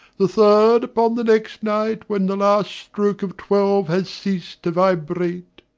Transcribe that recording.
the third upon the next night when the last stroke of twelve has ceased to vibrate.